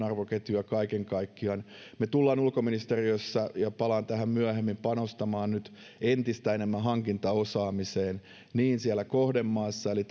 arvoketjuja kaiken kaikkiaan me tulemme ulkoministeriössä ja palaan tähän myöhemmin panostamaan nyt entistä enemmän hankintaosaamiseen niin siellä kohdemaassa eli